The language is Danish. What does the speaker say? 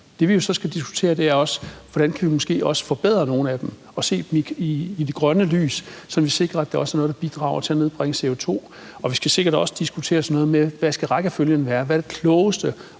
jo så skal diskutere, er, hvordan vi måske også kan forbedre nogle af dem og se dem i det grønne lys, så vi sikrer, at det også er noget, der bidrager til at nedbringe CO2. Vi skal sikkert også diskutere sådan noget med, hvad rækkefølgen skal være, hvad der er det klogeste